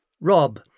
Rob